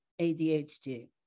ADHD